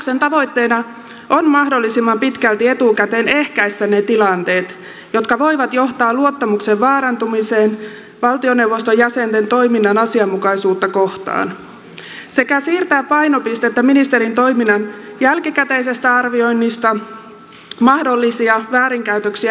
säännöksen tavoitteena on mahdollisimman pitkälti etukäteen ehkäistä ne tilanteet jotka voivat johtaa luottamuksen vaarantumiseen valtioneuvoston jäsenten toiminnan asianmukaisuutta kohtaan sekä siirtää painopistettä ministerin toiminnan jälkikäteisestä arvioinnista mahdollisia väärinkäytöksiä estäviin toimiin